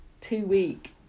two-week